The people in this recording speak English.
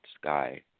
sky